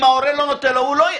אם ההורה לא נותן לו, זה לא יהיה.